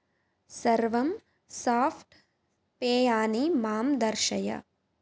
सर्वं साफ़्ट् पेयानि मां दर्शय